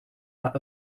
that